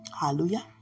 Hallelujah